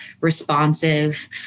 responsive